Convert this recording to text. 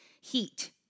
Heat